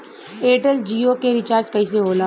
Airtel Jio के recharge कैसे होला?